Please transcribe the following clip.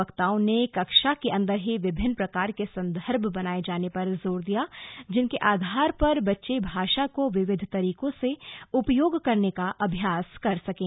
वक्ताओं ने कक्षा के अन्दर ही विभिन्न प्रकार के संदर्भ बनाए जाने पर जोर दिया जिनके आधार पर बच्चे भाषा को विविध तरीकों से उपयोग करने का अभ्यास कर सकें